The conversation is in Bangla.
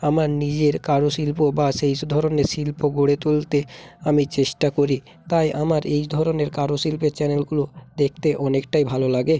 আমার নিজের কারুশিল্প বা সেই ধরনের শিল্প গড়ে তুলতে আমি চেষ্টা করি তাই আমার এই ধরনের কারুশিল্পের চ্যানেলগুলো দেখতে অনেকটাই ভালো লাগে